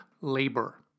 labor